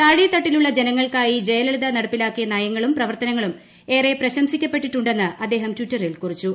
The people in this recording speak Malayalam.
താഴെ തട്ടിലുള്ള ജനങ്ങൾക്കായി ജയലളിത നടപ്പിലാക്കിയ നയങ്ങളും പ്രവർത്തനങ്ങളും ഏറെ പ്രശംസിക്കപ്പെട്ടിട്ടുണ്ടെന്ന് അദ്ദേഹം ട്ടിറ്ററിൽ കുറിച്ചു